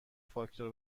فاکتور